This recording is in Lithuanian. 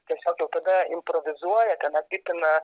tiesiog jau tada improvizuoja ten apipina